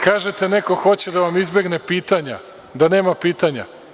Kažete - neko hoće da vam izbegne pitanja, da nema pitanja.